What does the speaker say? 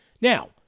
Now